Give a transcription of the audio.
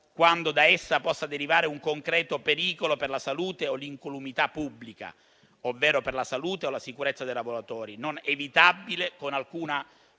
quando da essa possa derivare un concreto pericolo per la salute o l'incolumità pubblica, ovvero per la salute o la sicurezza dei lavoratori, non evitabile con alcuna